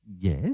Yes